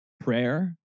prayer